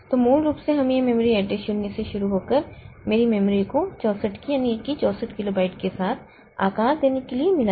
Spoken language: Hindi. तो मूल रूप से हमें यह मेमोरी एड्रेस 0 से शुरू होकर मेरी मेमोरी को 64K 64 किलोबाइट के साथ आकार देने के लिए मिला है